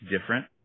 different